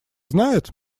знают